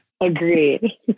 Agreed